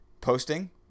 posting